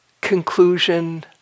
conclusion